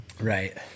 Right